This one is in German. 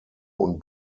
und